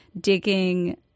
digging